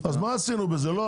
לא,